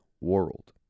world